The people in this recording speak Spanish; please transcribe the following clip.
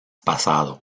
pasado